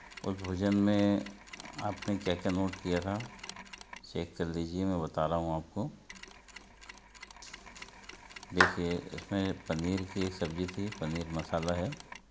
उस भोजन में आपने क्या क्या नोट किया था चेक कर लीजिए मैं बता रहा हूँ आपको देखिए इसमें पनीर की एक सब्जी थी पनीर मसाला है